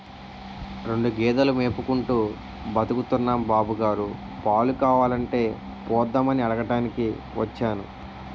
రెండు గేదెలు మేపుకుంటూ బతుకుతున్నాం బాబుగారు, పాలు కావాలంటే పోద్దామని అడగటానికి వచ్చాను